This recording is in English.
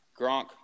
Gronk